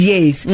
Yes